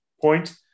point